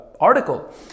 article